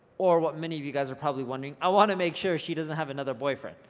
or what many of you guys are probably wondering, i want to make sure she doesn't have another boyfriend.